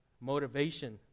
motivation